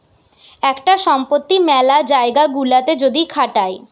একটা সম্পত্তি মেলা জায়গা গুলাতে যদি খাটায়